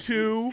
two